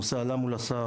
הנושא עלה מול השר,